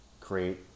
create